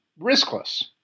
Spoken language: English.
riskless